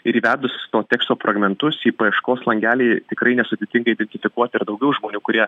ir įvedus to teksto fragmentus į paieškos langelį tikrai nesudėtinga identifikuoti ir daugiau žmonių kurie